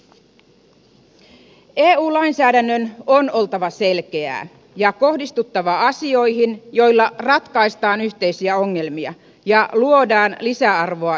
eu lainsäädännön on oltava selkeää ja kohdistuttava asioihin joilla ratkaistaan yhteisiä ongelmia ja luodaan lisäarvoa yhteistyölle